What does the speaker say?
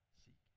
seek